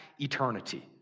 eternity